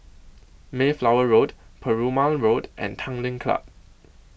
Mayflower Road Perumal Road and Tanglin Club